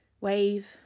wave